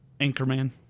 Anchorman